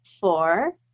four